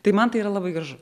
tai man tai yra labai gražu